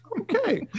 Okay